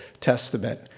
Testament